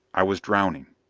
i was drowning.